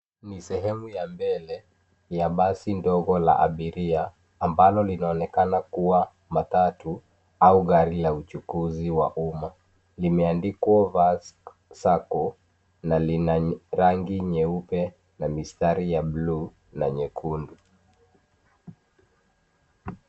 Ni sehemu ya mbele ya basi ndogo la abiria, ambalo linaonekana kuwa matatu au gari la uchukuzi wa umma. Limeandikwa Vask Sacco na lina rangi nyeupe na mistari ya blue na nyekundu.